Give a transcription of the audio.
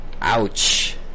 Ouch